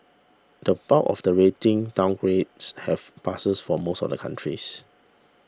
the bulk of the rating downgrades have passes for most of the countries